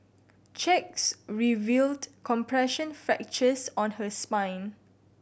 checks revealed compression fractures on her spine